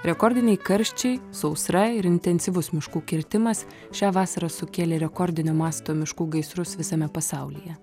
rekordiniai karščiai sausra ir intensyvus miškų kirtimas šią vasarą sukėlė rekordinio masto miškų gaisrus visame pasaulyje